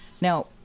Now